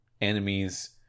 enemies